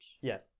Yes